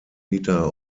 liter